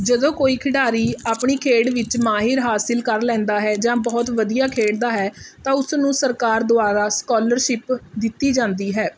ਜਦੋਂ ਕੋਈ ਖਿਡਾਰੀ ਆਪਣੀ ਖੇਡ ਵਿੱਚ ਮਾਹਿਰ ਹਾਸਲ ਕਰ ਲੈਂਦਾ ਹੈ ਜਾਂ ਬਹੁਤ ਵਧੀਆ ਖੇਡਦਾ ਹੈ ਤਾਂ ਉਸ ਨੂੰ ਸਰਕਾਰ ਦੁਆਰਾ ਸਕੋਲਰਸ਼ਿਪ ਦਿੱਤੀ ਜਾਂਦੀ ਹੈ